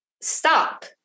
stop